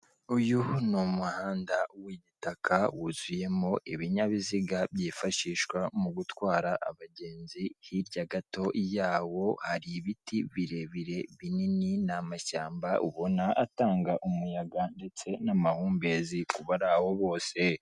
Uyu ni umuhanda w'igitaka wuzuyemo ibinyabiziga byifashishwa mu gutwara abagenzi hirya gato yawo hari ibiti birebire binini ni amashyamba ubona atanga umuyaga ndetse n'amahumbezi ku bari aho bose.